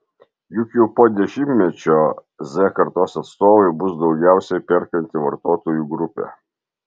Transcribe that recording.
juk jau po dešimtmečio z kartos atstovai bus daugiausiai perkanti vartotojų grupė